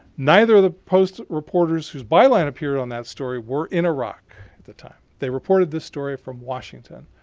neither of the post reporters whose bylines appeared on that story were in iraq at the time. they reported the story from washington.